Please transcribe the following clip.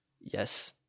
Yes